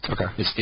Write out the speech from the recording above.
Okay